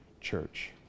church